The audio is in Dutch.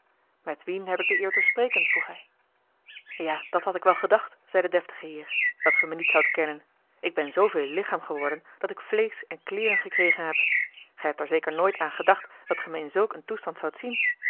met wien heb ik de eer te spreken vroeg hij ja dat had ik wel gedacht zei de deftige heer dat ge mij niet zoudt kennen ik ben zooveel lichaam geworden dat ik vleesch en kleeren gekregen heb ge hebt er zeker nooit aan gedacht dat ge mij in zulk een toestand zoudt zien